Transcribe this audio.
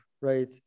right